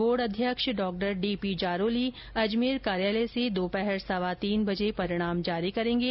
board अध्यक्ष डॉ D P Jaroli Ajmer कार्यालय से दोपहर सवा तीन बजे परिणाम जारी करेंगे